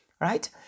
right